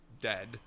dead